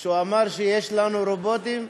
כשאמר שיש לנו רובוטים,